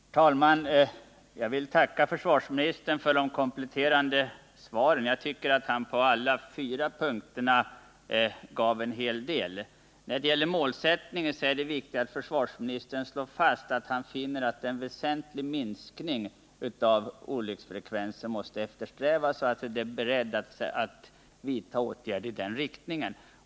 Herr talman! Jag vill tacka försvarsministern för de kompletterande svaren. Jag tycker att han hade en hel del att säga på alla fyra punkterna. När det gäller målsättningen är det viktigt att försvarsministern slår fast att en väsentlig minskning av olycksfrekvensen måste eftersträvas och att han är beredd att vidta åtgärder i det syftet.